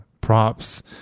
props